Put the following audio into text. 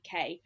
UK